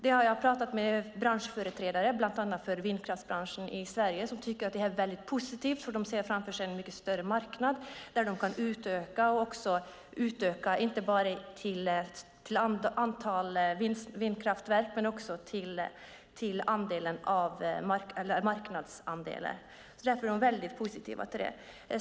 Jag har pratat med branschföreträdare, bland annat för vindkraftsbranschen i Sverige, som tycker att det är väldigt positivt, för de ser framför sig en mycket större marknad där de kan utöka inte bara antalet vindkraftsverk utan också marknadsandelar. Därför är de väldigt positiva till det.